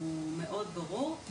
הוא מאוד ברור.